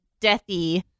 deathy